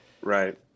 right